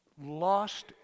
lost